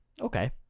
Okay